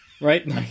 Right